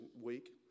week